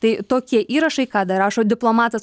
tai tokie įrašai ką dar rašo diplomatas